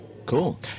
Cool